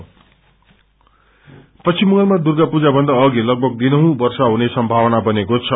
weather पश्चिम बंगालमा दुर्गा पूजाभन्दा अधि लगभग दिनहुँ वर्षा हुने सम्भावना बनेको छ